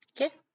Okay